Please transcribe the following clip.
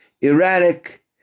erratic